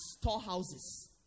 storehouses